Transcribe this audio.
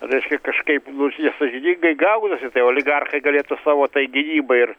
reiškia kažkaip bus nesąžiningai gaunasi tai oligarchai galėtų savo tai gynybai ir